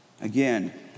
Again